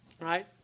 right